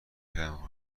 کردم